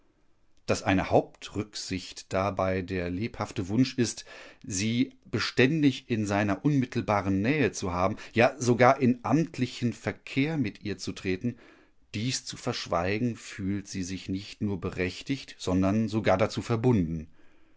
daß eine hauptrücksicht dabei der lebhafte wunsch ist sie beständig in seiner unmittelbaren nähe zu haben ja sogar in amtlichen verkehr mit ihr zu treten dies zu verschweigen fühlt sie sich nicht nur berechtigt sondern sogar dazu verbunden